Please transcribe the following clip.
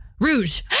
Rouge